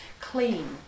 clean